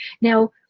Now